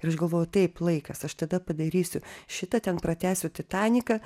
ir aš galvoju taip laikas aš tada padarysiu šitą ten pratęsiu titaniką